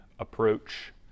Approach